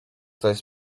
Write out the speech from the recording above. ktoś